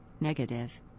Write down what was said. Negative